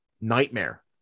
nightmare